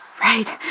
Right